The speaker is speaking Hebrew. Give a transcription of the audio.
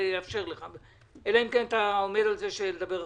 את נציגי המשרדים.